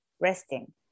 resting